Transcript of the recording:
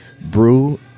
Brew